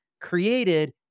created